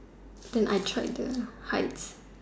and I tried the heights